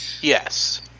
yes